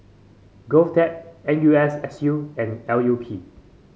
Govtech N U S S U and L U P